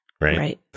right